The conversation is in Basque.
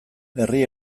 herri